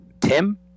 Tim